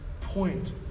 point